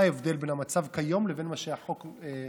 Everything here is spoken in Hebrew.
מה ההבדל בין המצב כיום לבין מה שהחוק גורם?